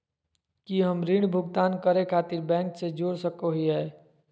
की हम ऋण भुगतान करे खातिर बैंक से जोड़ सको हियै?